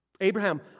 Abraham